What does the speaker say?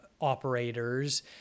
operators